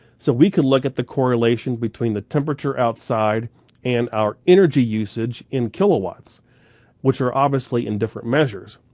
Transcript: so we can look at the correlation between the temperature outside and our energy usage in kilowatts which are obviously in different measures.